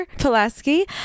Pulaski